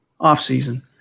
offseason